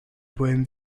poèmes